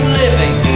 living